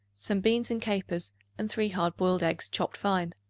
some beans and capers and three hard-boiled eggs chopped fine.